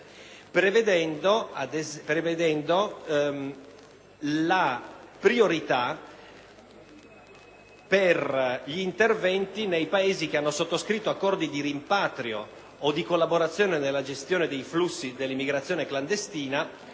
prevedendo la priorità per i Paesi che hanno sottoscritto accordi di rimpatrio o di collaborazione nella gestione dei flussi dell'immigrazione clandestina